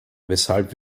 weshalb